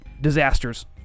disasters